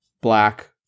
black